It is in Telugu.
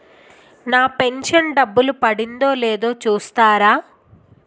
నా పెను షన్ డబ్బులు పడిందో లేదో చూస్తారా?